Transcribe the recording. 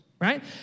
right